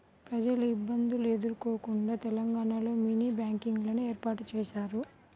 ప్రజలు ఇబ్బందులు ఎదుర్కోకుండా తెలంగాణలో మినీ బ్యాంకింగ్ లను ఏర్పాటు చేశారు